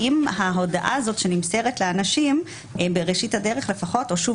האם ההודעה הזאת שנמסרת לאנשים בראשית הדרך או שוב